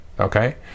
Okay